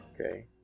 okay